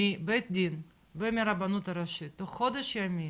מבית דין ומהרבנות הראשית תוך חודש ימים